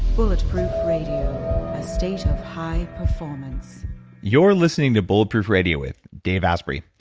bulletproof radio, a state of high performance you're listening to bulletproof radio with dave asprey.